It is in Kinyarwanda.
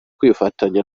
kwifatanya